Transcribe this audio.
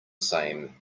same